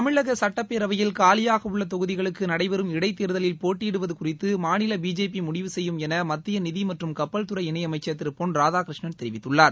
தமிழக சட்டப்பேரவையில் காலியாக உள்ள தொகுதிகளுக்கு நடைபெறும் இடைத்தேர்தலில் போட்டியிடுவது குறித்து மாநில பிஜேபி முடிவு செய்யும் என மத்திய நிதி மற்றும் கப்பல் துறை இணை அமைச்சர் திரு பொன் ராதாகிருஷ்ணன் தெரிவித்துள்ளார்